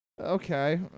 Okay